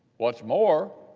what's more,